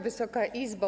Wysoka Izbo!